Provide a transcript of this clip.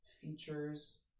features